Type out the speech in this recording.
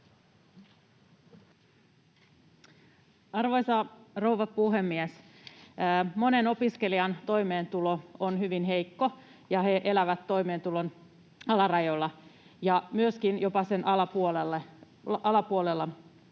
Arvoisa rouva puhemies! Monen opiskelijan toimeentulo on hyvin heikko, ja he elävät toimeentulon alarajoilla ja myöskin jopa sen alapuolella.